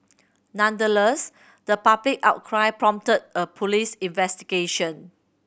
nonetheless the public outcry prompted an police investigation